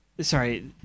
sorry